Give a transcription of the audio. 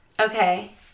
okay